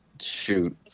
Shoot